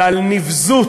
ועל נבזות